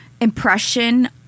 impression